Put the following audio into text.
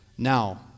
Now